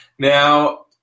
Now